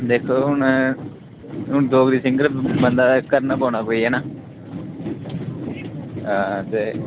दिक्खो हून हून डोगरी सिंगर बन्दा करना पौना कोई हैना आ ते